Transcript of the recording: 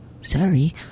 Sorry